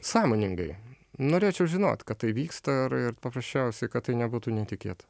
sąmoningai norėčiau žinot kad tai vyksta ir ir paprasčiausiai kad tai nebūtų netikėta